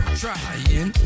trying